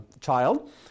child